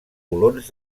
colons